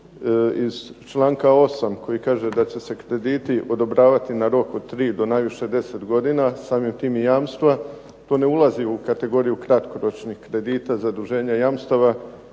iz članka 8. koji kaže da će se krediti odobravati na rok od 3 do najviše 10 godina, samim time i jamstva to ne ulazi u kategoriju kratkoročnih kredita zaduženja jamstava